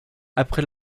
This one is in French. après